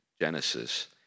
Genesis